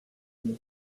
mot